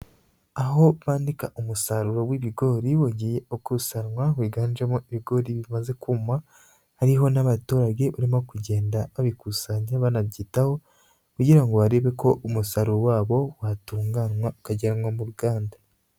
Aho banika umusaruro w'ibigori wagiye ukusanywa wiganjemo ibigori bimaze kuma, hariho n'abaturage barimo kugenda babikusanya banabyitaho, kugira ngo barebe ko umusaruro wabo watunganywa ukajyanwa mu ruganda.